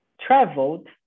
traveled